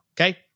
Okay